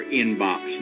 inbox